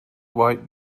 white